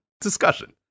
discussion